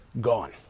Gone